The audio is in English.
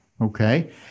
Okay